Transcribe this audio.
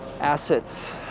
assets